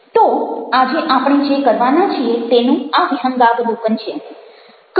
તો આજે આપણે જે કરવાના છીએ તેનું આ વિહંગાવલોકન છે